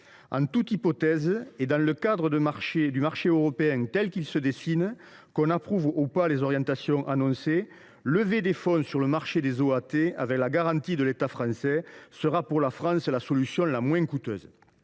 En toute hypothèse, et dans le cadre du marché européen tel qu’il se dessine, que l’on approuve ou pas les orientations annoncées, lever des fonds sur le marché des obligations assimilables du Trésor (OAT) avec la garantie de l’État français sera, pour la France, la solution la moins coûteuse.